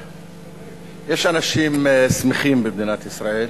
יש אנשים שמחים במדינת ישראל,